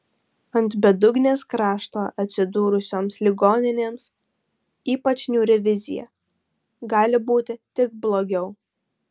ant bedugnės krašto atsidūrusioms ligoninėms ypač niūri vizija gali būti tik blogiau